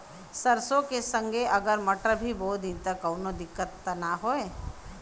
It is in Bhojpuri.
सरसो के संगे अगर मटर भी बो दी त कवनो दिक्कत त ना होय?